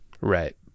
Right